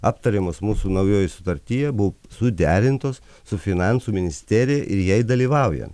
aptariamos mūsų naujoj sutartyje buvop suderintos su finansų ministerija ir jai dalyvaujan